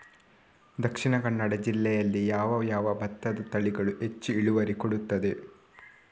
ದ.ಕ ಜಿಲ್ಲೆಯಲ್ಲಿ ಯಾವ ಯಾವ ಭತ್ತದ ತಳಿಗಳು ಹೆಚ್ಚು ಇಳುವರಿ ಕೊಡುತ್ತದೆ?